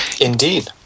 Indeed